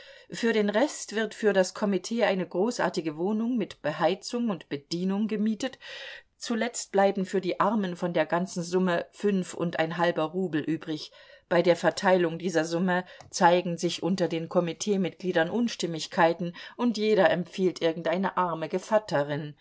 für den rest wird für das komitee eine großartige wohnung mit beheizung und bedienung gemietet zuletzt bleiben für die armen von der ganzen summe fünf und ein halber rubel übrig bei der verteilung dieser summe zeigen sich unter den komiteemitgliedern unstimmigkeiten und jeder empfiehlt irgendeine arme